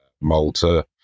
Malta